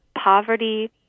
poverty